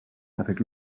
avec